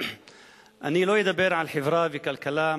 אני לא אדבר על חברה וכלכלה,